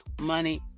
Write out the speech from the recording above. money